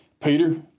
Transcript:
Peter